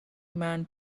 man